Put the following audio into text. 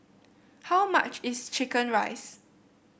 how much is chicken rice